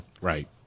Right